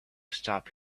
stop